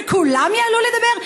וכולם יעלו לדבר?